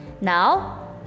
Now